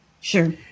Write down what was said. Sure